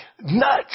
Nuts